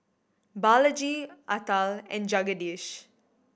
Balaji Atal and Jagadish